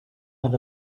had